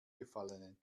gefallenen